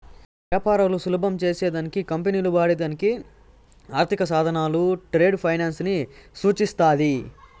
వ్యాపారాలు సులభం చేసే దానికి కంపెనీలు వాడే దానికి ఆర్థిక సాధనాలు, ఉత్పత్తులు ట్రేడ్ ఫైనాన్స్ ని సూచిస్తాది